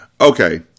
Okay